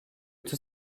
toute